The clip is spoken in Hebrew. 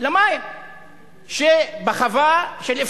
למים שבחווה של,